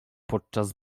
podczas